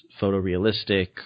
photorealistic